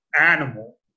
animal